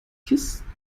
kisten